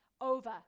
over